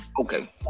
Okay